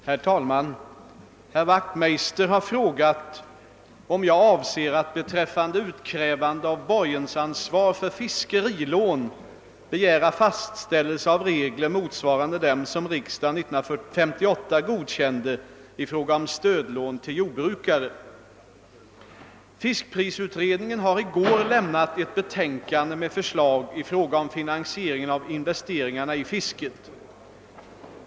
Herr talman! Herr Wachtmeister har frågat om jag avser att beträffande utkrävande av borgensansvar för fiskerilån begära fastställelse av regler, motsvarande dem som riksdagen 1958 godkände i fråga om stödlån till jordbrukare. Fiskprisutredningen har i går lämnat ett betänkande med förslag i fråga om finansieringen av investeringarna i fisket.